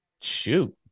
Shoot